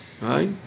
Right